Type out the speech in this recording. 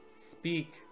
speak